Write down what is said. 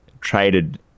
traded